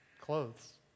clothes